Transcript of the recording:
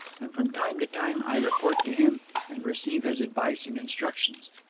and from time to time i report to him and receive his advice and instructions.